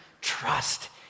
trust